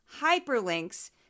hyperlinks